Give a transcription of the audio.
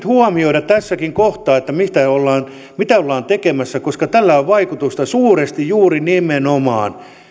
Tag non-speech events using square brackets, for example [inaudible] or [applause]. [unintelligible] huomioida tässäkin kohtaa mitä ollaan mitä ollaan tekemässä koska tällä on vaikutusta suuresti nimenomaan